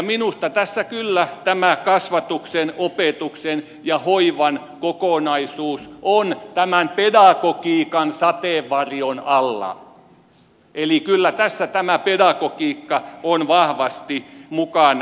minusta tässä kyllä tämä kasvatuksen opetuksen ja hoivan kokonaisuus on tämän pedagogiikan sateenvarjon alla eli kyllä tässä tämä pedagogiikka on vahvasti mukana